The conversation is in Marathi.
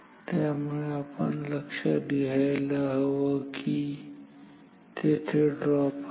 त्यामुळे आपण लक्षात घ्यायला हवं की तेथे ड्रॉप आहे